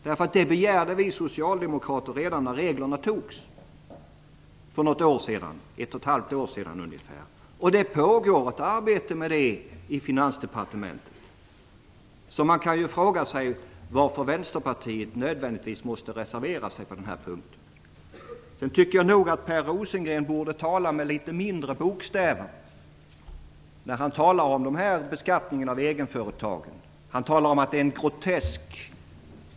Det begärde vi socialdemokrater redan när reglerna antogs för ungefär ett och ett halvt år sedan, och det pågår ett arbete med detta i Finansdepartementet. Så man kan fråga sig varför Vänsterpartiet nödvändigtvis måste reservera sig på den här punkten. Jag tycker nog att Per Rosengren borde tala med litet mindre bokstäver. Han talar om att den här beskattningen av egenföretagen är "grotesk".